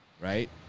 right